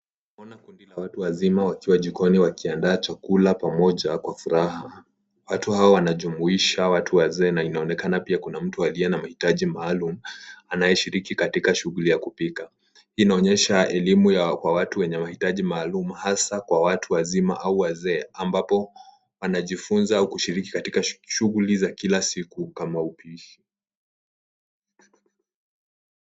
Naona kundi la watu wazima wakiwa jikoni wakiandaa chakula pamoja kwa furaha ,watu hao wanajumuisha watu wazee na inaonekana pia kuna mtu aliye na mahitaji maalum anayeshiriki katika shughuli ya kupika, inaonyesha elimu ya kwa watu wenye mahitaji maalumu hasa kwa watu wazima au wazee ambapo anajifunza kushiriki katika shughuli za kila siku kama upishi.